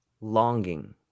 Longing